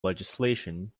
legislation